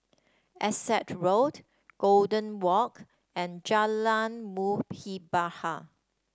Essex Road Golden Walk and Jalan Muhibbah